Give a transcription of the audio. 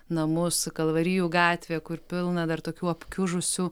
namus kalvarijų gatvę kur pilna dar tokių apkiužusių